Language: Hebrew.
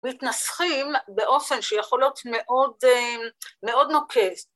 ‫מתנסחים באופן שיכול להיות ‫מאוד נוקט.